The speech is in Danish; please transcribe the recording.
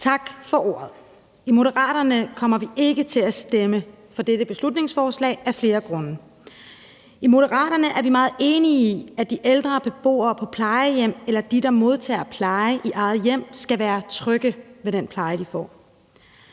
Tak for ordet. I Moderaterne kommer vi ikke til at stemme for dette beslutningsforslag af flere grunde. I Moderaterne er vi meget enige i, at de ældre beboere på plejehjem og dem, der modtager pleje i eget hjem, skal være trygge ved den pleje, de får.